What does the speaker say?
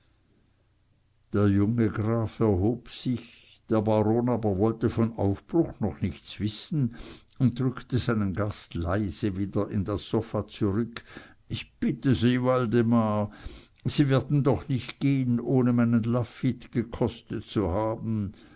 der junge graf erhob sich der baron aber wollte von aufbruch noch nichts wissen und drückte seinen gast leise wieder in das sofa zurück ich bitte sie waldemar sie werden doch nicht gehn ohne meinen lafitte gekostet zu haben